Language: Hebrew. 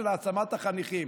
של העצמת החניכים.